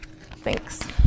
Thanks